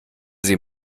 sie